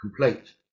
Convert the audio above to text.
complete